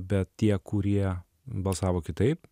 bet tie kurie balsavo kitaip